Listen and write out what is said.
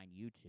YouTube